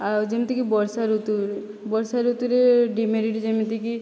ଆଉ ଯେମିତିକି ବର୍ଷା ଋତୁ ବର୍ଷାଋତୁରେ ଡିମେରିଟ୍ ଯେମିତିକି